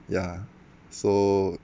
ya so